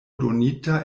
donita